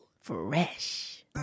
fresh